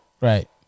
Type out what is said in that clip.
Right